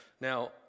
Now